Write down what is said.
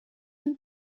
and